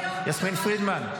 יסמין פרידמן,